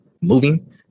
moving